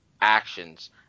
actions